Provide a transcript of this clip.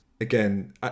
again